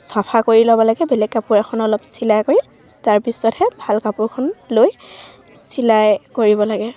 চাফা কৰি ল'ব লাগে বেলেগ কাপোৰ এখন অলপ চিলাই কৰি তাৰপিছতহে ভাল কাপোৰখন লৈ চিলাই কৰিব লাগে